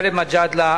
גאלב מג'אדלה,